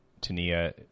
Tania